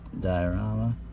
diorama